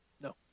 No